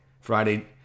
Friday